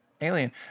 alien